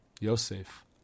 Yosef